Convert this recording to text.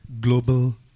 global